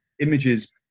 images